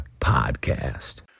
podcast